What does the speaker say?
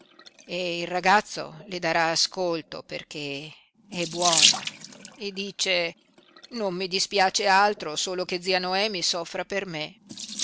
e il ragazzo le darà ascolto perché è buono e dice non mi dispiace altro solo che zia noemi soffra per me